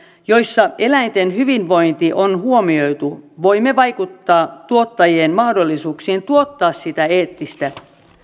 joissa eläinten hyvinvointi on huomioitu voimme vaikuttaa tuottajien mahdollisuuksiin tuottaa sitä eettistä